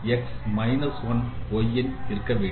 இதைப்போல் x minus one y இருக்க வேண்டும்